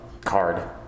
card